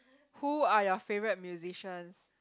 who are your favourite musicians